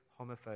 homophobic